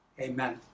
amen